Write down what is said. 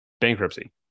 Bankruptcy